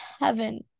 heaven